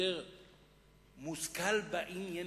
יותר מושכל בעניינים,